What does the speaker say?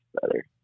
better